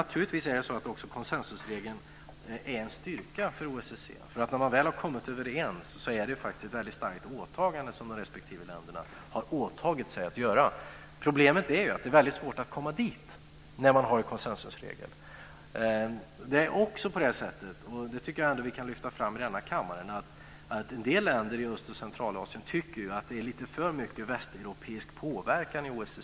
Naturligtvis är konsensusregeln också en styrka för OSSE. När man väl har kommit överens är det ett väldigt starkt åtagande som de respektive länderna gör. Problemet är att det är mycket svårt att komma dit när man har en konsensusregel. En sak som jag tycker att vi kan lyfta fram i denna kammare är att en del i Östeuropa och Centralasien tycker att det är för mycket västeuropeisk påverkan i OSSE.